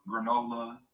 granola